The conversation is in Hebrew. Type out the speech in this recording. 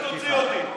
למה שתוציא אותי?